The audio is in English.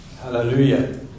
Hallelujah